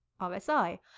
RSI